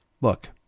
look